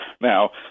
Now